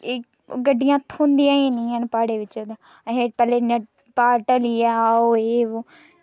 ते गड्डियां थ्होंदियां निं हैन प्हाड़ें बिच असें पैह्लें इ'यां प्हाड़ ढल्लियै आओ एह् ओह्